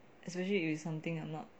especially if it's something I'm not